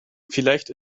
vielleicht